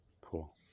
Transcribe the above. cool